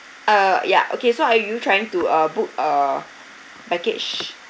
uh yeah okay so are you trying to uh book a package